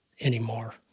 anymore